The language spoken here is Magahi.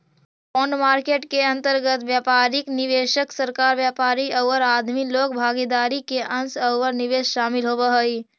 बॉन्ड मार्केट के अंतर्गत व्यापारिक निवेशक, सरकार, व्यापारी औउर आदमी लोग भागीदार के अंश औउर निवेश शामिल होवऽ हई